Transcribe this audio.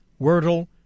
Wordle